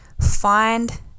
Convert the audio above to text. Find